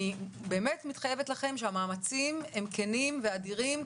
אני באמת מתחייבת לכם שהמאמצים הם כנים ואדירים,